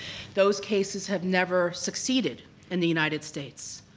those cases have never succeeded in the united states.